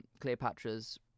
Cleopatra's